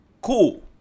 Cool